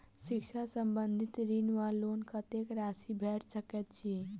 शिक्षा संबंधित ऋण वा लोन कत्तेक राशि भेट सकैत अछि?